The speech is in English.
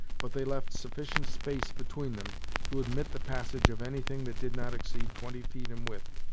but they left sufficient space between them to admit the passage of anything that did not exceed twenty feet in width,